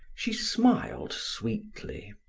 she smiled sweetly.